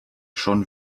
schon